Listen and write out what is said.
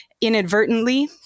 inadvertently